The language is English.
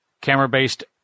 camera-based